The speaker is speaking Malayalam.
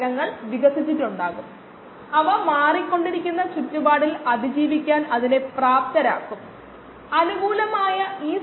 ഇവ രണ്ടും വ്യക്തമായി കഴിഞ്ഞാൽ നമ്മൾ ചോദ്യം ചോദിക്കും ആദ്യത്തേതിനെ രണ്ടാമത്തേതുമായി എങ്ങനെ ബന്ധിപ്പിക്കും